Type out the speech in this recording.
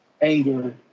anger